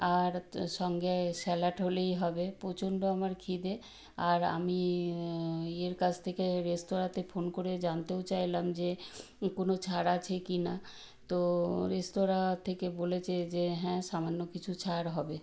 আর তা সঙ্গে স্যালাড হলেই হবে প্রচণ্ড আমার খিদে আর আমি এর কাছ থেকে রেস্তোরাঁতে ফোন করে জানতেও চাইলাম যে কোনো ছাড় আছে কিনা তো রেস্তোরাঁ থেকে বলেছে যে হ্যাঁ সামান্য কিছু ছাড় হবে